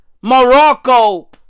Morocco